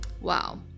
Wow